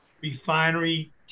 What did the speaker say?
refinery